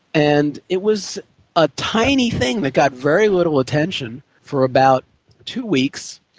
and it was a tiny thing that got very little attention for about two weeks,